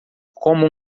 como